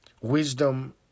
Wisdom